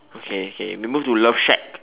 okay okay we move to love shack